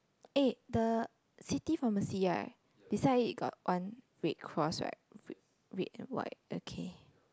eh the city pharmacy right beside it got one red cross right r~ red and white okay